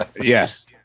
Yes